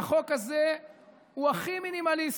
והחוק הזה הוא הכי מינימליסטי.